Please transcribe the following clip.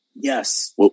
Yes